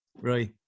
Right